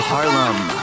Harlem